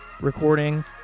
recording